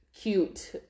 cute